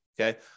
Okay